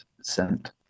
sent